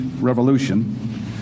Revolution